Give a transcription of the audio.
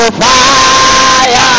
fire